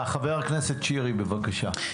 הכנסת שירי בבקשה.